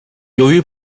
由于